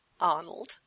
Arnold